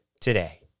today